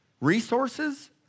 resources